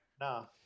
No